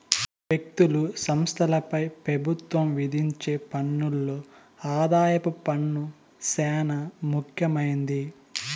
వ్యక్తులు, సంస్థలపై పెబుత్వం విధించే పన్నుల్లో ఆదాయపు పన్ను సేనా ముఖ్యమైంది